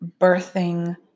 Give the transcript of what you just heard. birthing